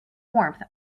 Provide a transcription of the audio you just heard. warmth